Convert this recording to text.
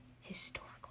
historical